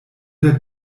der